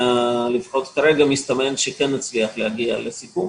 לפחות כרגע מסתמן שכן נצליח להגיע לסיכום.